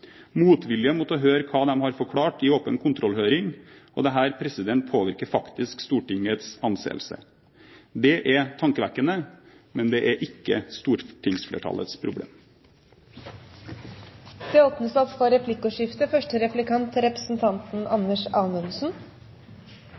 motvilje mot å høre hva de har forklart i åpen kontrollhøring. Og dette påvirker faktisk Stortingets anseelse. Det er tankevekkende, men det er ikke stortingsflertallets problem. Det åpnes for replikkordskifte.